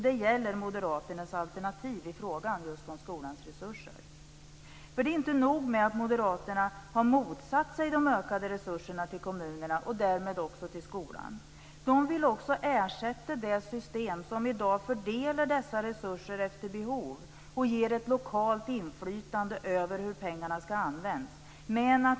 Det gäller moderaternas alternativ i fråga om skolans resurser. Det är inte nog med att moderaterna har motsatt sig de ökade resurserna till kommunerna och därmed också till skolan. De vill med en nationell skolpeng också ersätta det system som i dag fördelar dessa resurser efter behov och ger ett lokalt inflytande över hur pengarna används.